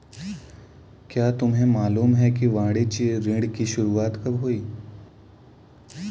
क्या तुम्हें मालूम है कि वाणिज्य ऋण की शुरुआत कब हुई?